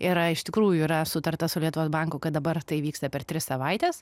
yra iš tikrųjų yra sutarta su lietuvos banku kad dabar tai vyksta per tris savaites